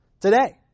today